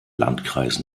landkreis